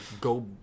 go